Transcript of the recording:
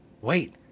wait